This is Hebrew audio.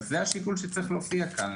אז זה השיקול שצריך להופיע כאן.